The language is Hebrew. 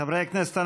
חברי הכנסת,